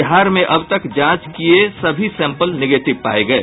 बिहार में अब तक जांच किये सभी सैंपल निगेटिव पाये गये